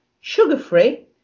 sugar-free